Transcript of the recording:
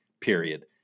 period